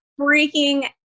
freaking